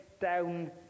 down